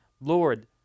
Lord